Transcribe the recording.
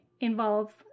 involves